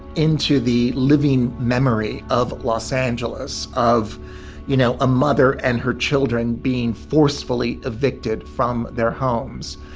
into the living memory of los angeles of you know a mother and her children being forcefully evicted from their homes.